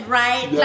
right